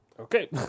Okay